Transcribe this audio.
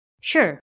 Sure